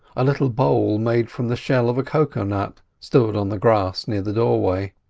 a little bowl made from the shell of a cocoa-nut stood on the grass near the doorway.